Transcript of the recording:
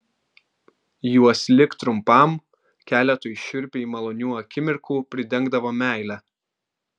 juos lik trumpam keletui šiurpiai malonių akimirkų pridengdavo meile